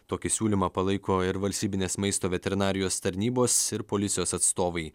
tokį siūlymą palaiko ir valstybinės maisto veterinarijos tarnybos ir policijos atstovai